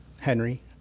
Henry